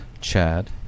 Chad